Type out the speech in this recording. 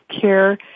care